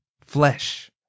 flesh